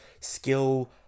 skill